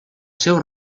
seu